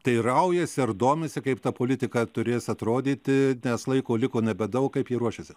teiraujasi ar domisi kaip ta politika turės atrodyti nes laiko liko nebedaug kaip ji ruošėsi